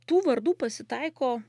tų vardų pasitaiko